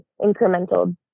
incremental